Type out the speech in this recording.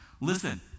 Listen